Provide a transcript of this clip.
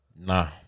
nah